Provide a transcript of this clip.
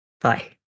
Bye